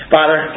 Father